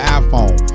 iPhone